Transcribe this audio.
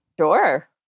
Sure